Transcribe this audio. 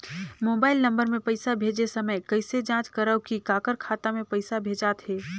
Mobile number मे पइसा भेजे समय कइसे जांच करव की काकर खाता मे पइसा भेजात हे?